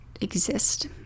exist